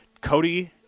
Cody